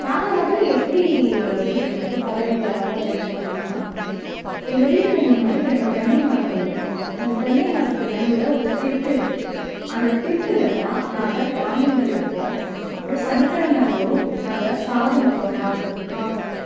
நாங்கள் முதல எப்படி எங்கள் வீட்டுக்கு வந்து பறவைகளை வரவழைச்சோம் அப்படின்னா எங்கள் வீட்டுக்கு முன்னாடி ரெண்டு தென்னை மரங்கள் இருக்கு அந்த தென்னை மரத்துக்கு நடுவில் ஒரு திட்டு இருக்கு அந்த திட்டில்தான் நாங்கள் தானியங்கள் வைப்போம் அப்புறம் சனிக்கிழம தோறும் நாங்கள் சாதம் வைப்போம் காக்கக் காக்காக்கு